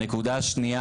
השני,